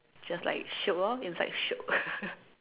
just like shiok orh it's like shiok